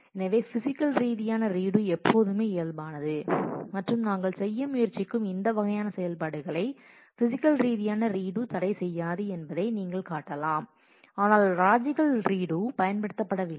எனவே பிசிக்கல் ரீதியான ரீடு எப்போதுமே இயல்பானது மற்றும் நாங்கள் செய்ய முயற்சிக்கும் இந்த வகையான செயல்பாடுகளை பிசிக்கல் ரீதியான ரீடு தடைசெய்யாது என்பதை நீங்கள் காட்டலாம் ஆனால் லாஜிக்கல் ரீடு பயன்படுத்தப்படவில்லை